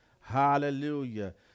Hallelujah